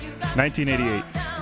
1988